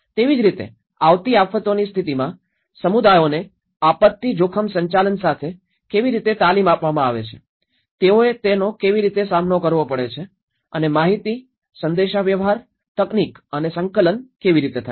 તેવી જ રીતે આવતી આફતોની સ્થિતિમાં સમુદાયોને આપત્તિ જોખમ સંચાલન સાથે કેવી રીતે તાલીમ આપવામાં આવે છે તેઓએ તેનો કેવી રીતે સામનો કરવો પડે છે અને માહિતી સંદેશાવ્યવહાર તકનીક અને સંકલન કેવી રીતે થાય છે